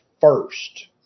first